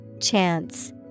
Chance